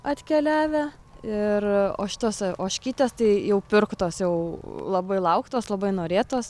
atkeliavę ir o šitos ožkytės tai jau pirktos jau labai lauktos labai norėtos